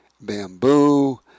bamboo